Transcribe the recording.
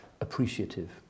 appreciative